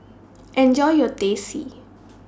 Enjoy your Teh C